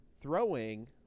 throwing